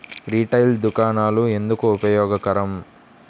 Retail దుకాణాలు ఎందుకు ఉపయోగకరం?